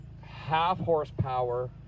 half-horsepower